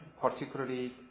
particularly